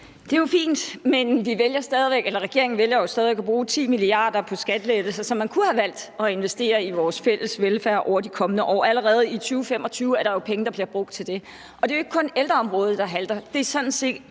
Det er jo fint, men regeringen vælger stadig væk at bruge 10 mia. kr. på skattelettelser, som man kunne have valgt at investere i vores fælles velfærd over de kommende år. Allerede i 2025 er der jo penge, der bliver brugt til det. Det er ikke kun ældreområdet, der halter. Det er sådan set